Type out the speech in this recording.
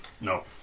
No